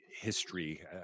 history